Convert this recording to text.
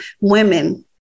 women